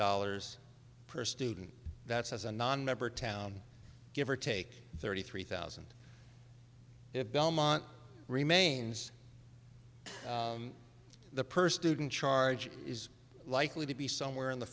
dollars per student that's as a nonmember town give or take thirty three thousand if belmont remains the per student charge is likely to be somewhere in the